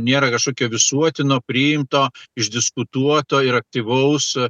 nėra kažkokio visuotino priimto išdiskutuoto ir aktyvaus